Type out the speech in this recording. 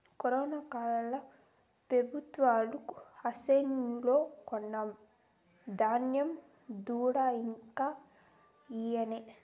corona కాలంల పెబుత్వాలు ఆన్లైన్లో కొన్న ధాన్యం దుడ్డు ఇంకా ఈయలే